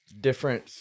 different